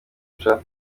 guca